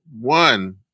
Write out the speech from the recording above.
One